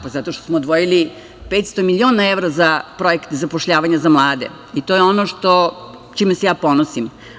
Pa, zato što smo odvojili 500 miliona evra za projekat zapošljavanja za mlade i to je ono sa čime se ja ponosim.